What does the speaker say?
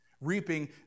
Reaping